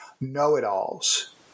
know-it-alls